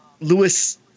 Lewis